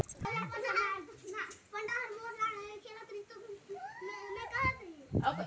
दाएल अए तिलहन फसिल कर बूसा में अब्बड़ बगरा बिटामिन होथे जेहर जानवर मन बर ढेरे फएदा करथे